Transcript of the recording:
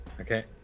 okay